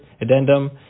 addendum